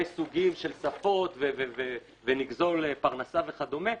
סוגים של שפות ונגזול פרנסה וכדומה,